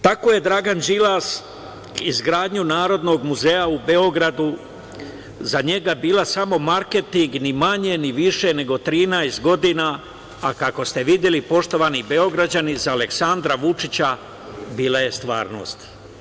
Tako je Draganu Đilasu izgradnja Narodnog muzeja u Beogradu za njega bila samo marketing ni manje ni više nego 13 godina, a kako ste videli, poštovani Beograđani, za Aleksandra Vučića bila je stvarnost.